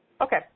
Okay